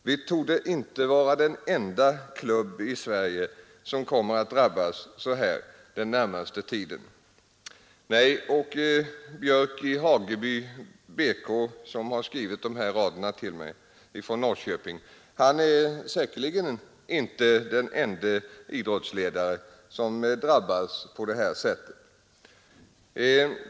Vi torde inte vara den enda klubb i Sverige som kommer att drabbas så här den närmaste tiden.” Det är Åke Björck i Hageby BK, Norrköping, som skrivit dessa rader till mig. Han är säkerligen inte den ende idrottsledare som drabbas på det här sättet.